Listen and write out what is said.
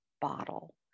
bottle